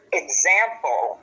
example